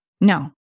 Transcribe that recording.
no